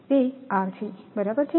તે R છે બરાબર છે